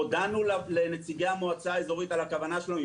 הודענו לנציגי המועצה האזורית על הכוונה שלנו.